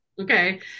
Okay